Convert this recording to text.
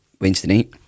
Wednesday